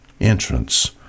entrance